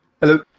Hello